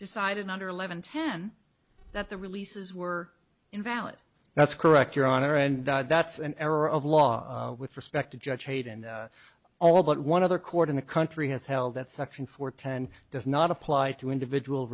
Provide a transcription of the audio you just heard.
decided under eleven ten that the releases were invalid that's correct your honor and that's an error of law with respect to judge hate and all but one other court in the country has held that section four ten does not apply to individual